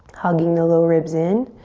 hugging the low ribs in.